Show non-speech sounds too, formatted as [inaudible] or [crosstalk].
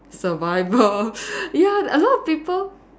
survival [laughs] ya a lot of people